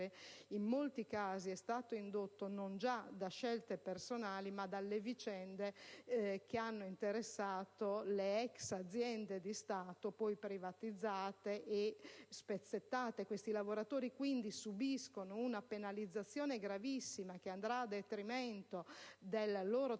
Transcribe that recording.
di queste carriere è stato indotto non già da scelte personali, ma dalle vicende che hanno interessato le ex aziende di Stato poi privatizzate e spezzettate. Tali lavoratori, quindi, subiscono una penalizzazione gravissima, che andrà a detrimento del loro trattamento